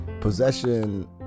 possession